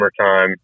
summertime